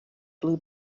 blue